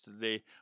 today